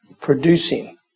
producing